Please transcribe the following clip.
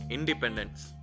Independence